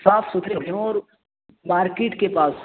صاف ستھری ہو اور مارکیٹ کے پاس ہو